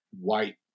white